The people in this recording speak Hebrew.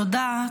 תודה.